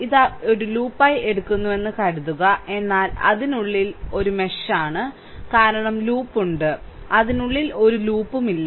ഇത് ഒരു ലൂപ്പായി എടുക്കുന്നുവെന്ന് കരുതുക എന്നാൽ അതിനുള്ളിൽ ഇത് ഒരു മെഷ് ആണ് കാരണം ലൂപ്പ് ഉണ്ട് അതിനുള്ളിൽ ഒരു ലൂപ്പും ഇല്ല